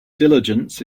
diligence